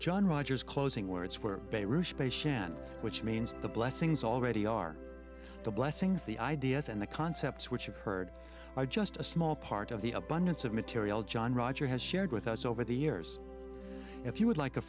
john rogers closing where it's where they shan't which means the blessings already are the blessings the ideas and the concepts which you've heard just a small part of the abundance of material john roger has shared with us over the years if you would like a